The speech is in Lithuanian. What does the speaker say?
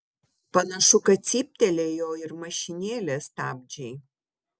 panašu kad cyptelėjo ir mašinėlės stabdžiai